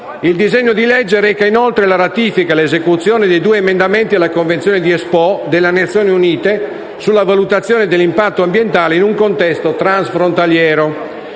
Il disegno di legge in esame reca, inoltre, la ratifica e l'esecuzione dei due emendamenti alla Convenzione di Espoo delle Nazioni Unite sulla valutazione dell'impatto ambientale in un contesto transfrontaliero.